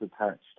attached